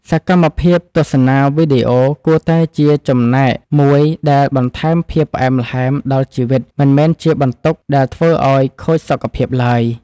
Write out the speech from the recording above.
សកម្មភាពទស្សនាវីដេអូគួរតែជាចំណែកមួយដែលបន្ថែមភាពផ្អែមល្ហែមដល់ជីវិតមិនមែនជាបន្ទុកដែលធ្វើឱ្យខូចសុខភាពឡើយ។